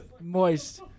moist